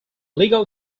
legal